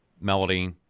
Melody